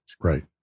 Right